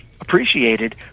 appreciated